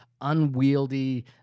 unwieldy